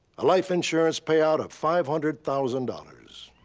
a life insurance payout of five hundred thousand dollars.